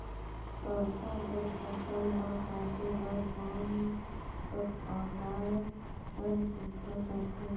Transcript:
सरसो कर फसल ला काटे बर कोन कस औजार हर सुघ्घर रथे?